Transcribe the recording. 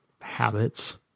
habits